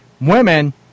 women